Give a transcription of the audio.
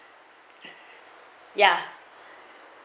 ya